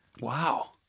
Wow